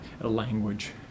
language